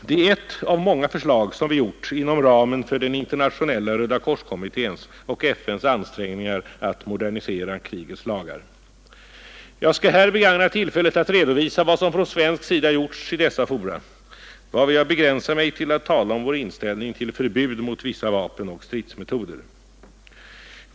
Det är ett av många förslag som vi ställt inom ramen för Internationella rödakorskommitténs och FN:s ansträngningar att modernisera krigets lagar. Jag skall här begagna tillfället att redovisa vad som från svensk sida gjorts i dessa fora, varvid jag begränsar mig till att tala om vår inställning till förbud mot vissa vapen och stridsmetoder.